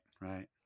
right